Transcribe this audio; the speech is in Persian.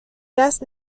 دست